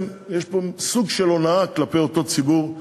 יש פה סוג של הונאה כלפי אותו ציבור,